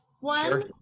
one